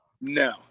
No